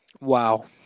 Wow